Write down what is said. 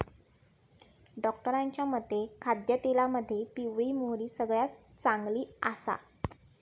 डॉक्टरांच्या मते खाद्यतेलामध्ये पिवळी मोहरी सगळ्यात चांगली आसा